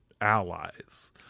allies